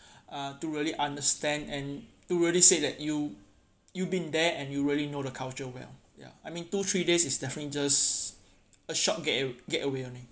uh to really understand and to really say that you you been there and you really know the culture well I mean two three days is definitely just a short getaway only